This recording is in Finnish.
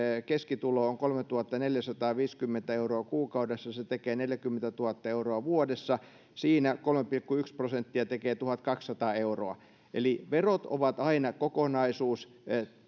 keskitulo on kolmetuhattaneljäsataaviisikymmentä euroa kuukaudessa mikä tekee neljäkymmentätuhatta euroa vuodessa ja siinä kolme pilkku yksi prosenttia tekee tuhatkaksisataa euroa eli verot ovat aina kokonaisuus